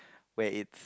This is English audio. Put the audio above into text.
where it